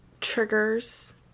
triggers